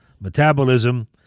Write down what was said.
metabolism